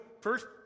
first